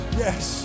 yes